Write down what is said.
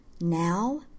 Now